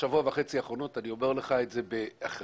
בשבוע וחצי האחרונים אני אומר לך את זה באחריות